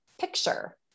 picture